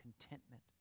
contentment